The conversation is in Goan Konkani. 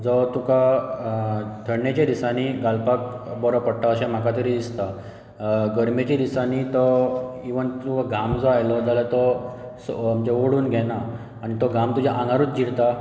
जो तुका थंडेच्या दिसांनी घालपाक बरो पडटा अशें म्हाका तरी दिसता गर्मेच्या दिसांनी तो इवन तुका गाम जर आयलो जाल्यार तो ओडून घेना आनी तो गाम तुज्या आंगारूच जिरता